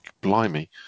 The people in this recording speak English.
blimey